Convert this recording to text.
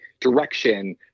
direction